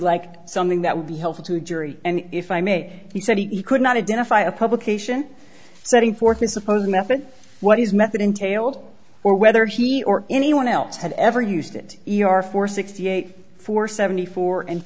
like something that would be helpful to a jury and if i may he said he could not identify a publication setting forth a supposed method what is method entailed or whether he or anyone else had ever used it e r for sixty eight for seventy four and